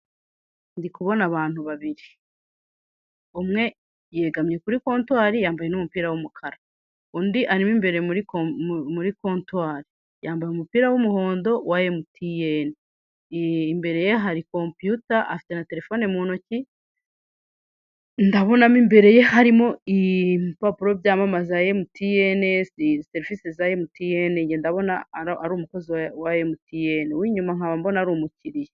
Ndi kubona abantu babiri, umwe yegamye kuri kontwari, yambaye n'umupira w'umukara, undi arimo imbere muri kontwari yambaye umupira w'umuhondo wa emutiyene, imbere ye hari kompiyuta, afite na telefone mu ntoki, ndabonamo imbere ye harimo ibipapuro byamamaza emutiyene, serivise za emutiyene nge ndabona ari umukozi wa emutiyene w'inyuma nkaba mbona ari umukiliya.